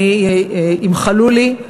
ימחלו לי.